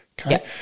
Okay